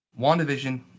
wandavision